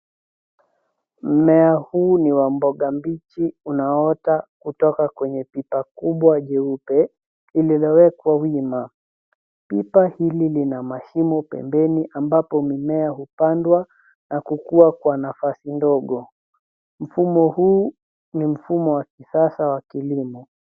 Mmea huu ni wa mboga mbichi unaota kutoka kwenye piapa kubwa jeupe lililowekwa wima. Pipa hili lina mashimo pembeni ambapo mimea hupandwa na kukua kwa nafasi ndogo. Mfumo huu ni mfumo wa kisasa wa kilimo.